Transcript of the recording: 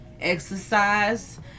exercise